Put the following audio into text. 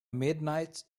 midnight